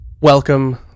Welcome